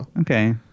Okay